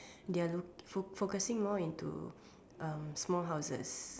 they're focusing more into small houses